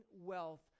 wealth